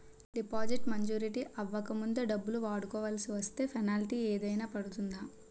Deposit maturity అవ్వక ముందే డబ్బులు వాడుకొవాల్సి వస్తే పెనాల్టీ ఏదైనా పడుతుందా?